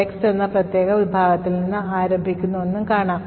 text എന്ന പ്രത്യേക വിഭാഗത്തിൽ നിന്ന് ആരംഭിക്കുന്നു വെന്നും കാണാം